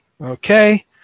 Okay